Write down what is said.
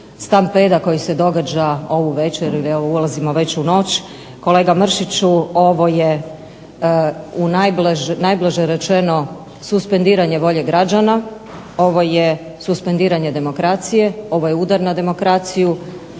stampeda koji se događa ovu večer, ulazimo već u noć. Kolega Mršiću ovo je u najblaže rečeno suspendiranje volje građana, ovo je suspendiranje demokracije, ovo je udar na demokraciju